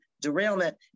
derailment